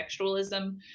Contextualism